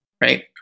right